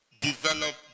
develop